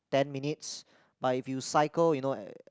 ten minutes but if you cycle you know